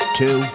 two